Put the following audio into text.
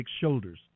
shoulders